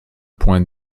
point